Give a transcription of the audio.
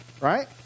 Right